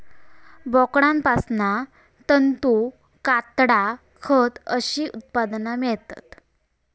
बोकडांपासना तंतू, कातडा, खत अशी उत्पादना मेळतत